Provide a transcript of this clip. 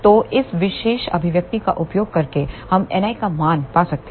तो इस विशेष अभिव्यक्ति का उपयोग करके हम Ni का मान पा सकते हैं